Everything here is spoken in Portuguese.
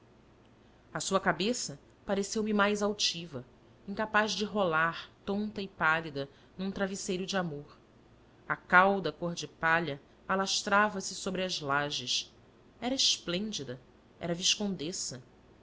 a sua cabeça pareceu-me mais altiva incapaz de rolar tonta e pálida num travesseiro de amor a cauda cor de palha alastrava se sobre as lajes era esplêndida era viscondessa